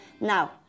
Now